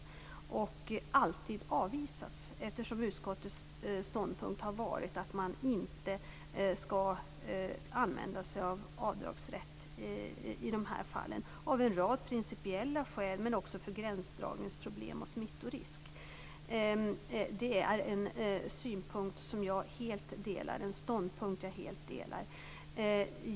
Förslaget har alltid avvisats, eftersom utskottets ståndpunkt har varit att man inte skall använda sig av avdragsrätt i de här fallen - av en rad principiella skäl men också på grund av gränsdragningsproblem och smittorisk. Det är en ståndpunkt som jag helt delar.